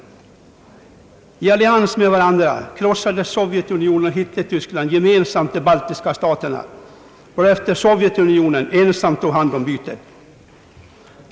I allians med varandra krossade Sovjetunionen och Hitler-Tyskland gemensamt de baltiska staterna, varefter Sovjetunionen ensam tog hand om bytet.